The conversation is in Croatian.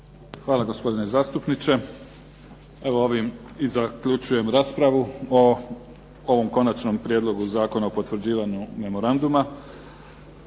Hvala gospodine zastupniče. Evo ovim i zaključujem raspravu o ovom Konačnom prijedlogu Zakona o potvrđivanju Memoranduma.